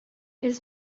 ils